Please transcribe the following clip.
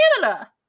canada